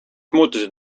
muutused